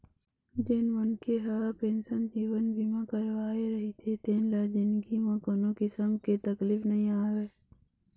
जेन मनखे ह पेंसन जीवन बीमा करवाए रहिथे तेन ल जिनगी म कोनो किसम के तकलीफ नइ आवय